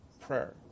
prayer